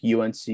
UNC